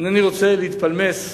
אינני רוצה להתפלמס,